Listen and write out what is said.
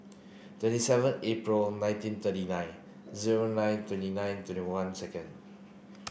twenty seven April nineteen thirty nine zero nine twenty nine twenty one second